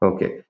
Okay